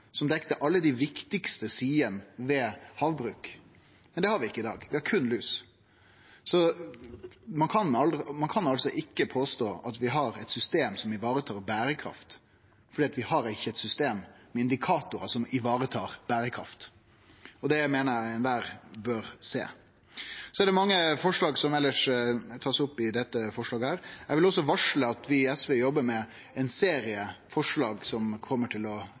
som dekte alle dei viktigaste sidene ved havbruk. Men det har vi ikkje i dag, vi har det berre for lus. Så ein kan ikkje påstå at vi har eit system som varetar berekraft, for vi har ikkje eit system med indikatorar som varetar berekraft. Det meiner eg alle bør sjå. Så er det elles mange forslag som blir tekne opp her. Eg vil varsle at vi i SV jobbar med ein serie forslag som kjem til å